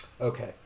okay